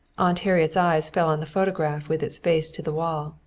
aunt harriet's eyes fell on the photograph with its face to the wall,